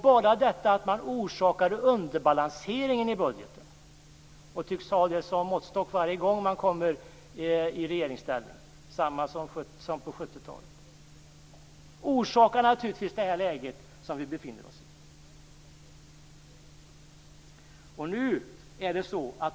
Bara det att man orsakade underbalanseringen i budgeten och tycks ta det som måttstock varje gång man kommer i regeringsställning - på 70-talet liksom senare - har fått till följd att vi nu befinner oss i det här läget.